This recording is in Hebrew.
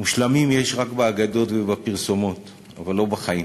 מושלמים יש רק באגדות ובפרסומות, אבל לא בחיים.